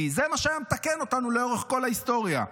זה מה שהיה מתקן אותנו לאורך כל ההיסטוריה.